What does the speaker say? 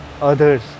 others